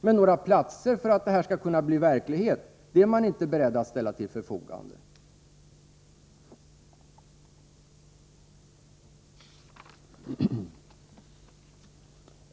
Men några platser för att detta skall kunna bli verklighet är man inte beredd att ställa till förfogande.